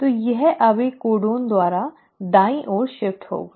तो यह अब एक कोडन द्वारा दाईं ओर शिफ्ट होगा